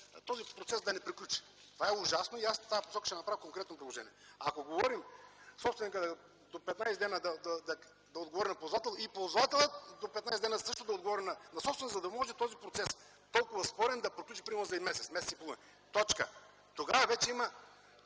този процес може да не приключи. Това е ужасно и в тази посока аз ще направя конкретно предложение. Ако говорим собственикът до 15 дни да отговори на ползвателя и ползвателят до 15 дни също да отговори на собственика, за да може този толкова спорен процес да приключи примерно за месец – месец и половина. Точка! Тогава вече има